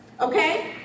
okay